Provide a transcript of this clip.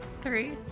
Three